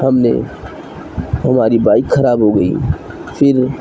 ہم نے ہماری بائک خراب ہو گئی پھر